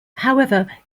however